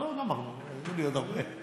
גמרנו אין לי עוד הרבה: